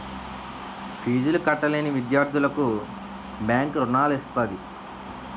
ఫీజులు కట్టలేని విద్యార్థులకు బ్యాంకు రుణాలు ఇస్తది